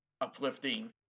uplifting